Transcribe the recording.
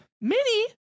Mini